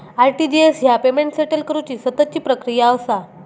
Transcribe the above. RTGS ह्या payment settle करुची सततची प्रक्रिया असा